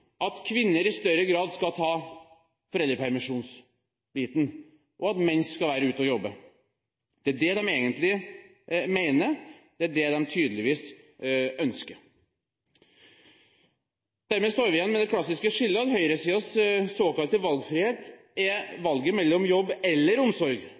at kvinner i større grad skal ta foreldrepermisjonsbiten, og at mennene skal være ute og jobbe. Det er det de egentlig mener, det er det de tydeligvis ønsker. Dermed står vi igjen med det klassiske skillet og at høyresidens såkalte valgfrihet er valget mellom jobb eller omsorg,